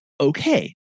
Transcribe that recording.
okay